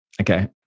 Okay